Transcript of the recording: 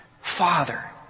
Father